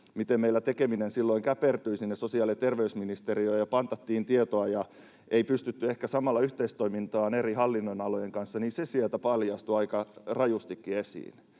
miten meillä tekeminen silloin käpertyi sinne sosiaali- ja terveysministeriöön ja pantattiin tietoa ja ei pystytty ehkä samalla yhteistoimintaan eri hallinnonalojen kanssa. Se sieltä paljastui aika rajustikin esiin.